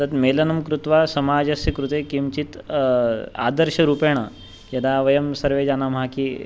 तद् मेलनं कृत्वा समाजस्य कृते किञ्चित् आदर्शरूपेण यदा वयं सर्वे जानीमः किम्